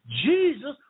Jesus